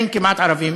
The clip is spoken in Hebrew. אין כמעט ערבים,